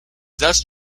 dutch